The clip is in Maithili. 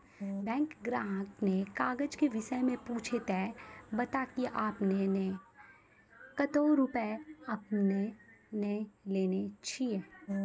बैंक ग्राहक ने काज के विषय मे पुछे ते बता की आपने ने कतो रुपिया आपने ने लेने छिए?